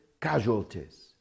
casualties